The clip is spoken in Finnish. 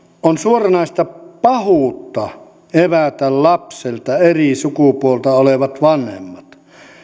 on suoranaista pahuutta evätä lapselta eri sukupuolta olevat vanhemmat